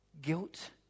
guilt